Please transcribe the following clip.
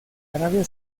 arabia